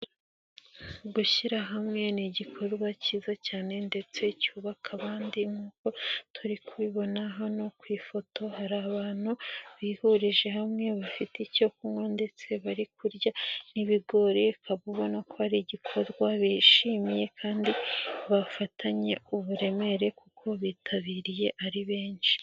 Gushyira hamwe ni igikorwa cyiza cyane ndetse cyubaka abandi nk'uko turi kubibona hano ku ifoto hari abantu bihurije hamwe bafite icyo kunywa ndetse bari kurya n'ibigori ukaba ubona ko ari igikorwa bishimiye kandi bafatanye uburemere kuko bitabiriye ari benshi.